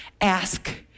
ask